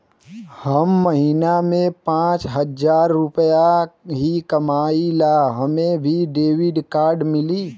हम महीना में पाँच हजार रुपया ही कमाई ला हमे भी डेबिट कार्ड मिली?